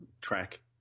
track